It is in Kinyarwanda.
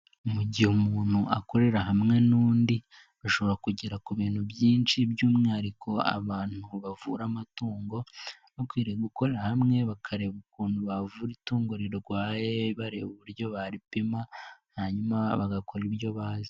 Mu gihe umuntu akorera hamwe n'undi bashobora kugera ku bintu byinshi, by'umwihariko abantu bavura amatungo no gukorera hamwe bakareba ukuntu bavura itungo rirwaye bareba uburyo bapima hanyuma bagakora ibyo bazi.